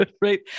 right